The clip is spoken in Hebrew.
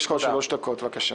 יש לך עוד שלוש דקות, בבקשה.